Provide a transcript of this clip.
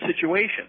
situation